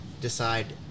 decide